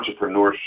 entrepreneurship